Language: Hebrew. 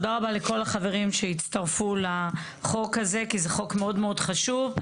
תודה רבה לכל החברים שהצטרפו לחוק הזה כי זה חוק מאוד מאוד חשוב,